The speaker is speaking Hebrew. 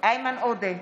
איימן עודה,